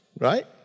right